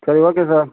சரி okay sir